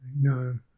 no